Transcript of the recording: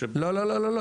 לא, לא, לא.